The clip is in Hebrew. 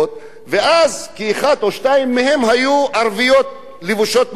ואחת או שתיים מהן היו ערביות שלבושות מסורתי,